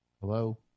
Hello